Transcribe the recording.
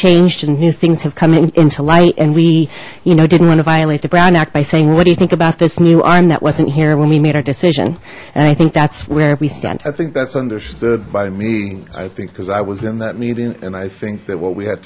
changed and new things have come into light and we you know didn't want to violate the brown act by saying what do you think about this new arm that wasn't here when we made our decision and i think that's where we said i think that's understood by me i think because i was in that meeting and i think that what we ha